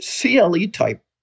CLE-type